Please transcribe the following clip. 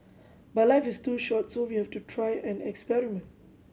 but life is too short so we have to try and experiment